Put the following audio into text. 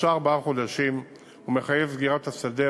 שלושה-ארבעה חודשים ומחייב סגירת השדה,